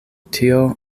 tio